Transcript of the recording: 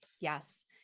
Yes